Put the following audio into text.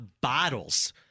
bottles